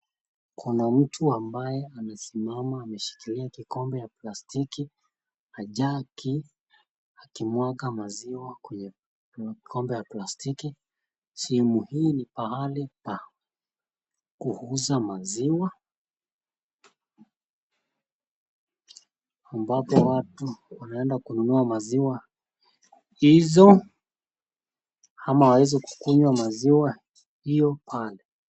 Kuna mtu ambaye amesimama ameshikilia kikombe ya plastiki na jagi, akimwaga maziwa kwenye kikombe ya plastiki. Sehemu hii ni pahali pa kuuza maziwa, ambapo watu wanaenda kununua maziwa hizo ama waweze kukunywa maziwa hiyo pale.